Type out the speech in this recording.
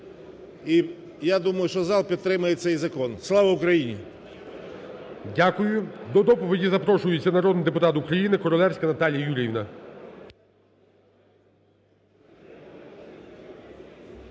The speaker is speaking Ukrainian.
і, я думаю, що зал підтримає цей закон. Слава Україні! ГОЛОВУЮЧИЙ. Дякую. До доповіді запрошується народний депутат України Королевська Наталія Юріївна.